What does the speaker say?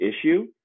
issue